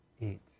eat